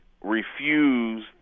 refuse